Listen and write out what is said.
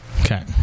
Okay